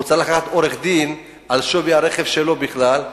וצריך לקחת עורך-דין על שווי הרכב שלו בכלל,